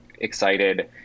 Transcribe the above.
excited